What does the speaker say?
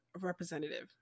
representative